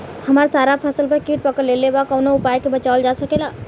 हमर सारा फसल पर कीट पकड़ लेले बा कवनो उपाय से बचावल जा सकेला?